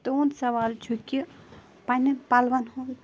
تُہٕنٛد سوال چھُ کہِ پَنٛنٮ۪ن پَلٕوَن ہُنٛد